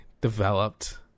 developed